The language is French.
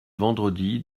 vendredi